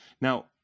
Now